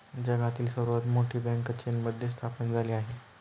जगातील सर्वात मोठी बँक चीनमध्ये स्थापन झाली आहे